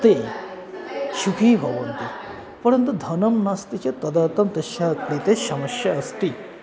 ते सुखी भवन्ति परन्तु धनं नास्ति चेत् तदर्थं तस्य कृते समस्या अस्ति